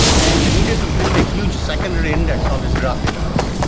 and they needed to build a huge secondary index on this graph database,